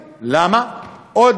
או,